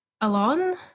alone